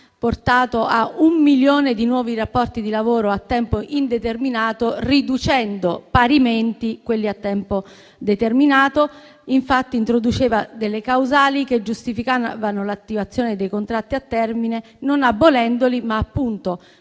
portato a un milione di nuovi rapporti di lavoro a tempo indeterminato, riducendo parimenti quelli a tempo determinato. Esso introduceva delle causali che giustificavano l'attivazione dei contratti a termine, non abolendoli, ma appunto